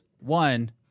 one